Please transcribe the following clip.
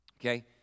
okay